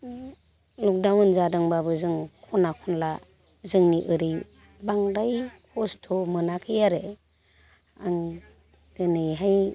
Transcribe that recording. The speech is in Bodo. लकडाउन जादोंब्लाबो जों खना खनला जोंनि ओरै बांद्राय खस्थ' मोनाखै आरो आं दिनैहाय